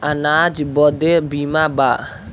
अनाज बदे बीमा बा